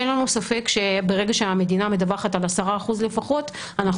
אין לנו ספק שברגע שהמדינה מדווחת על 10% לפחות אנחנו